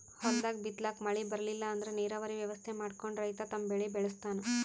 ಹೊಲ್ದಾಗ್ ಬಿತ್ತಲಾಕ್ ಮಳಿ ಬರ್ಲಿಲ್ಲ ಅಂದ್ರ ನೀರಾವರಿ ವ್ಯವಸ್ಥೆ ಮಾಡ್ಕೊಂಡ್ ರೈತ ತಮ್ ಬೆಳಿ ಬೆಳಸ್ತಾನ್